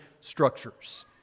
structures